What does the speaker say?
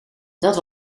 dat